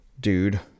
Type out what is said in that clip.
dude